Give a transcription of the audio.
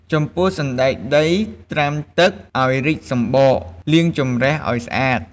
ចំពោះសណ្ដែកដីត្រាំទឹកឱ្យរីកសម្បក លាងជម្រះឱ្យស្អាត។